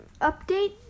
Update